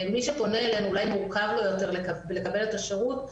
מי שפונה אלינו אולי מורכב לו יותר לקבל את השירות.